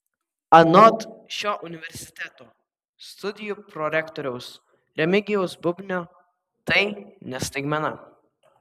anot šio universiteto studijų prorektoriaus remigijaus bubnio tai ne staigmena